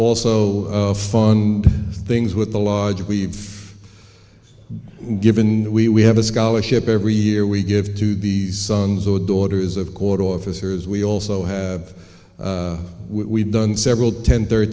also fun things with the large we've given that we have a scholarship every year we give to the sons or daughters of court officers we also have we've done several ten thir